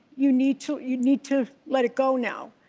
you need to you need to let it go now.